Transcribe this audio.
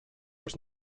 was